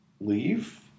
leave